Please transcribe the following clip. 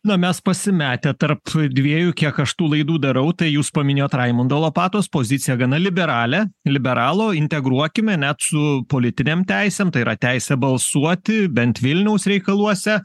na mes pasimetę tarp dviejų kiek aš tų laidų darau tai jūs paminėjot raimundo lopatos poziciją gana liberalią liberalo integruokime net su politinėm teisėm tai yra teise balsuoti bent vilniaus reikaluose